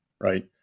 right